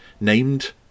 named